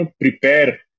prepare